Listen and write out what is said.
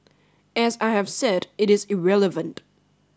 as I have said it is irrelevant